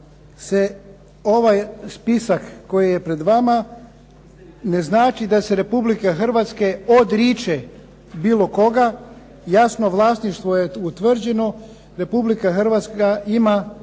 ovaj spisak, koji je pred vama, ne znači da se Republika Hrvatska odriče bilo koga. Jasno vlasništvo je utvrđeno, Republika Hrvatska ima